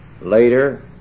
Later